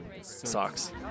Socks